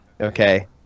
okay